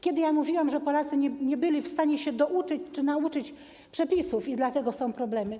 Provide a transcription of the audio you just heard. Kiedy mówiłam, że Polacy nie byli w stanie się douczyć czy nauczyć przepisów i dlatego są problemy?